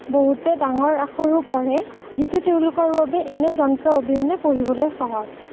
বহুতে ডাঙৰ আখৰো পঢ়ে যিটো তেওঁলোকৰ বাবে এনে যন্ত্ৰ অবিহনে পঢ়িবলৈ সহজ